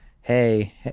hey